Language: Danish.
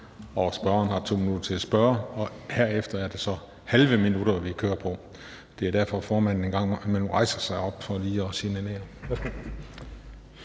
og spørgeren har 2 minutter til at spørge, og herefter er det så halve minutter, vi kører med. Formanden rejser sig en gang imellem